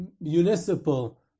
municipal